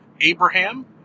Abraham